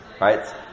right